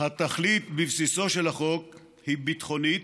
התכלית בבסיסו של החוק היא ביטחונית,